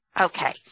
Okay